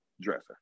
dresser